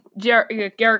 Garrett